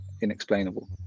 inexplainable